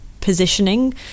positioning